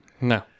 No